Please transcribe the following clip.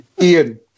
Ian